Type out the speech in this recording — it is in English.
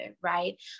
Right